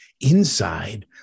inside